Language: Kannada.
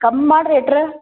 ಕಮ್ ಮಾಡಿ ರೇಟ್ರ